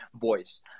voice